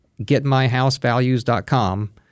getmyhousevalues.com